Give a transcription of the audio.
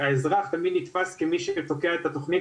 האזרח תמיד נתפס כמי שבעצם תוקע את התוכנית